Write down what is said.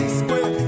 square